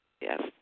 Yes